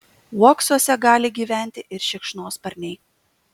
uoksuose gali gyventi ir šikšnosparniai